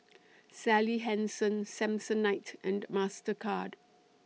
Sally Hansen Samsonite and Mastercard